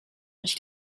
durch